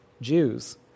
Jews